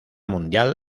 mundial